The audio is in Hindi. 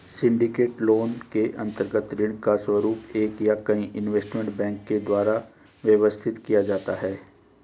सिंडीकेटेड लोन के अंतर्गत ऋण का स्वरूप एक या कई इन्वेस्टमेंट बैंक के द्वारा व्यवस्थित किया जाता है